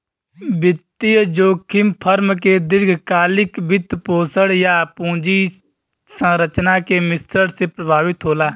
वित्तीय जोखिम फर्म के दीर्घकालिक वित्तपोषण, या पूंजी संरचना के मिश्रण से प्रभावित होला